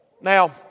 Now